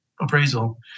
appraisal